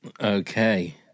Okay